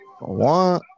One